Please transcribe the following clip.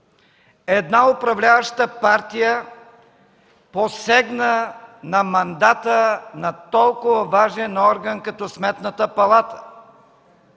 една управляваща партия посегна на мандата на толкова важен орган, като Сметната палата.